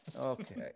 okay